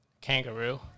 Kangaroo